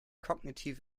kognitiv